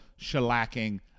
shellacking